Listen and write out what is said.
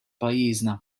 pajjiżna